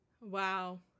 Wow